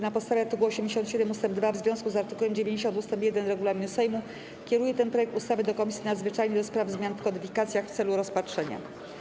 Na podstawie art. 87 ust. 2, w związku z art. 90 ust. 1 regulaminu Sejmu, kieruję ten projekt ustawy do Komisji Nadzwyczajnej do spraw zmian w kodyfikacjach w celu rozpatrzenia.